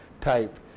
type